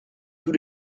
tous